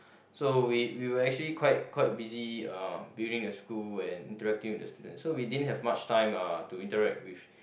so we we were actually quite quite busy uh building the school and interacting with the students so we didn't have much time uh to interact with